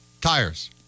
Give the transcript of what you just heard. Tires